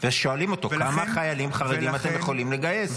ושואלים אותו: כמה חיילים חרדים אתם יכולים לגייס?